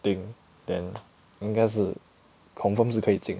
thing then 应该是 confirm 是可以进